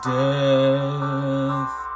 death